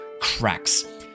cracks